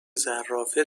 زرافه